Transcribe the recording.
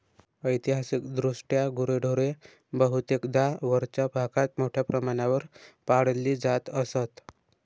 ऐतिहासिकदृष्ट्या गुरेढोरे बहुतेकदा वरच्या भागात मोठ्या प्रमाणावर पाळली जात असत